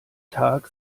tag